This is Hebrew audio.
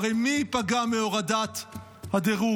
הרי מי ייפגע מהורדת הדירוג?